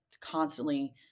constantly